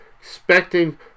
expecting